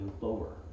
lower